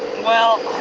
well.